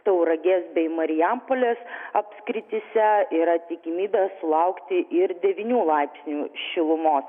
tauragės bei marijampolės apskrityse yra tikimybė sulaukti ir devynių laipsnių šilumos